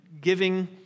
giving